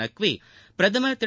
நக்வி பிரதமா் திரு